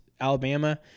Alabama